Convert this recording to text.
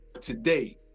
today